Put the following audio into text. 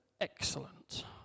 Excellent